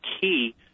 key